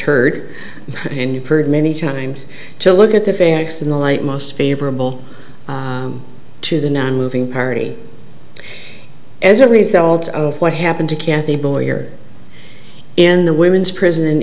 heard in you've heard many times to look at the facts in the light most favorable to the nonmoving party as a result of what happened to kathy boyer in the women's prison